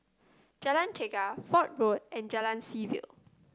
Jalan Chegar Fort Road and Jalan Seaview